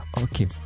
Okay